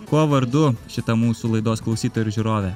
kuo vardu šita mūsų laidos klausytoja ir žiūrovė